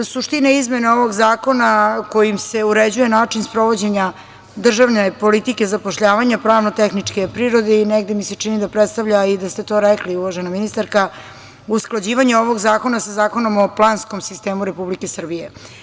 Suština izmene ovog zakona kojim se uređuje način sprovođenja državne politike zapošljavanja pravno-tehničke je prirode i čini mi se da predstavlja i da ste to rekli, uvažena ministarka, usklađivanje ovog zakona sa Zakonom o planskom sistemu Republike Srbije.